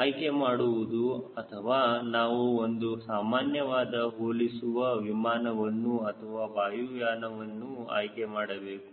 ಆಯ್ಕೆ ಮಾಡುವುದು ಅಥವಾ ನಾವು ಒಂದು ಸಾಮಾನ್ಯವಾದ ಹೋಲಿಸುವ ವಿಮಾನವನ್ನು ಅಥವಾ ವಾಯುಯಾನ ವನ್ನು ಆಯ್ಕೆ ಮಾಡಬೇಕು